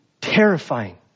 terrifying